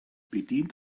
bedient